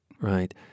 right